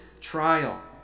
trial